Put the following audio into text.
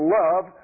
love